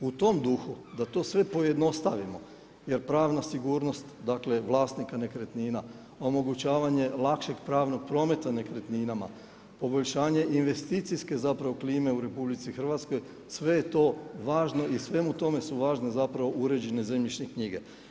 U tom duhu da to sve pojednostavimo jer pravna sigurnost dakle vlasnika nekretnina omogućavanje lakšeg pravnog prometa nekretninama, poboljšanje investicijske klime u RH sve je to važno i svemu tome su važne uređene zemljišne knjige.